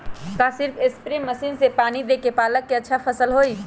का सिर्फ spray machine से पानी देके पालक के अच्छा फसल होई?